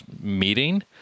meeting